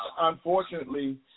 Unfortunately